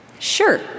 Sure